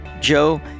Joe